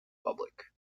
public